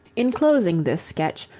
in closing this sketch,